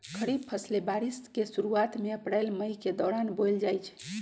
खरीफ फसलें बारिश के शुरूवात में अप्रैल मई के दौरान बोयल जाई छई